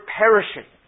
perishing